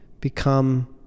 become